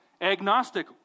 Agnostic